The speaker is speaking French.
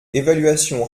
évaluation